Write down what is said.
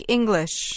English